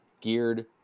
geared